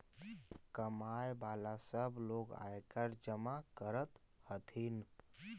कमाय वला सब लोग आयकर जमा कर हथिन